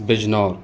Bijnor